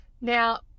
Now